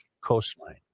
coastline